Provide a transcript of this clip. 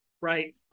Right